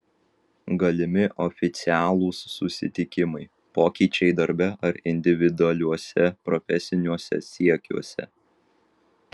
galimi oficialūs susitikimai pokyčiai darbe ar individualiuose profesiniuose siekiuose